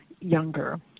younger